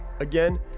Again